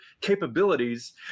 capabilities